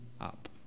up